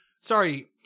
sorry